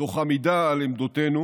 תוך עמידה על עמדותינו